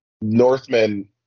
Northmen